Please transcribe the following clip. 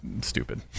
stupid